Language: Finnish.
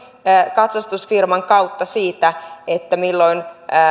katsastusfirman kautta siitä milloin